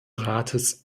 rates